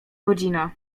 godzina